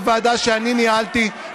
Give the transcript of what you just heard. בוועדה שאני ניהלתי,